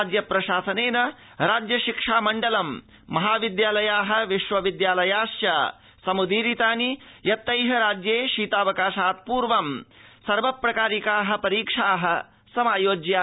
राज्यप्रशासनेन राज्य शिक्षा मंडलं महाविद्यालया विश्वविद्यालयाश्च समुदीरितानि यत् त राज्ये शीताऽवकाशात् पूर्वं सर्वप्रकारिका परीक्षा समायोजनीया